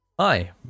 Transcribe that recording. Hi